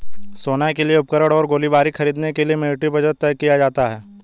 सेना के लिए उपकरण और गोलीबारी खरीदने के लिए मिलिट्री बजट तय किया जाता है